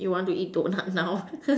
you want to eat donut now